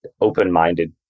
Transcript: open-minded